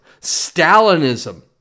Stalinism